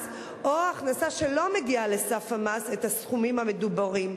או הכנסה שלא מגיעה לסף המס את הסכומים המדוברים.